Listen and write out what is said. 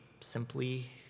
simply